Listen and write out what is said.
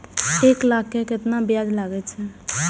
एक लाख के केतना ब्याज लगे छै?